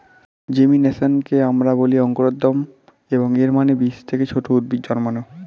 জেমিনেশনকে আমরা বলি অঙ্কুরোদ্গম, এবং এর মানে বীজ থেকে ছোট উদ্ভিদ জন্মানো